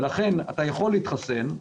ולכן אתה יכול להתחסן,